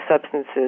substances